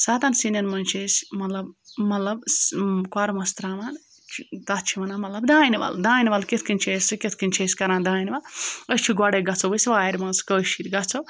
سَتٮ۪ن سِنٮ۪ن منٛز چھِ أسۍ مطلب مطلب کوٚرمَس ترٛاوان چھِ تَتھ چھِ وَنان مطلب دانہِ وَل دانہِ وَل کِتھ کٔنۍ چھِ أسۍ سُہ کِتھ کٔنۍ چھِ أسۍ کَران دانہِ وَل أسۍ چھِ گۄڈَے گژھو أسۍ وارِ منٛز کٲشِر گژھو